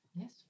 Yes